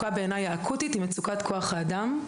המצוקה האקוטית בעיני היא מצוקת כוח האדם.